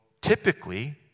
typically